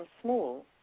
small